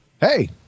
Hey